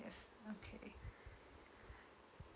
okay